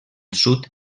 sud